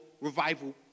revival